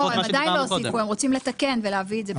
הם עדיין לא הוסיפו, הם רוצים לתקן ולהביא את זה.